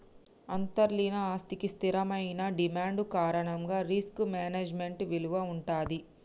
అంతర్లీన ఆస్తికి స్థిరమైన డిమాండ్ కారణంగా రిస్క్ మేనేజ్మెంట్ విలువ వుంటది